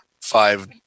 five